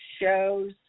shows